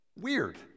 weird